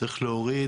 צריך להוריד.